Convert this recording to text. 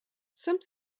some